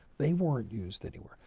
they weren't used anywhere.